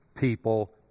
people